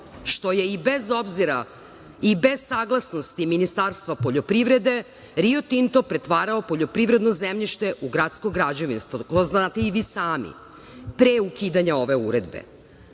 što je i bez obzira i bez saglasnosti Ministarstva poljoprivrede, Rio Tinto pretvarao poljoprivredno zemljište u gradsko građevinsko, to znate i vi sami, pre ukidanja ove uredbe. Ono